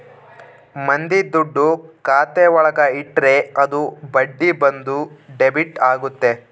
ಮಂದಿ ದುಡ್ಡು ಖಾತೆ ಒಳಗ ಇಟ್ರೆ ಅದು ಬಡ್ಡಿ ಬಂದು ಡೆಬಿಟ್ ಆಗುತ್ತೆ